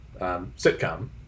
sitcom